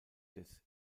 des